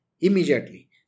immediately